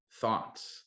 thoughts